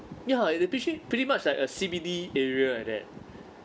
ya it actually pretty much like a C_B_D area like that